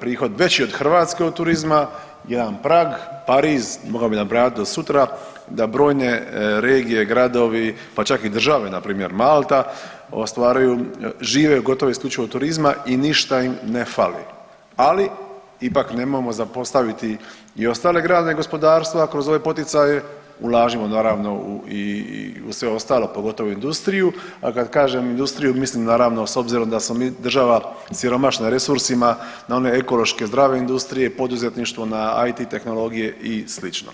prihod veći od Hrvatske od turizma, jedan Prag, Pariz, mogao bi nabrajat do sutra, da brojne regije, gradovi, pa čak i države npr. Malta ostvaruju, žive gotovo i isključivo od turizma i ništa im ne fali, ali ipak nemojmo zapostaviti i ostale grane gospodarstva kroz ove poticaje, ulažimo naravno i u sve ostalo, pogotovo u industriju, a kad kažem industriju mislim naravno s obzirom da smo mi država siromašna resursima na one ekološke zdrave industrije, na poduzetništvo, na IT tehnologije i slično.